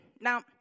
Now